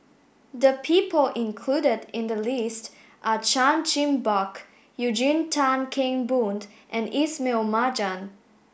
the people included in the list are Chan Chin Bock Eugene Tan Kheng Boon and Ismail Marjan